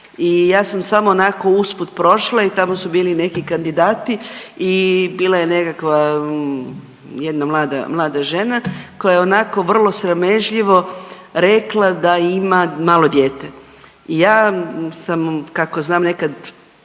I ja sam samo onako usput prošla i tamo su bili neki kandidati i bila je nekakva, jedna mlada, mlada žena koja je onako vrlo sramežljivo rekla da ima malo dijete. I ja sam kako znam nekad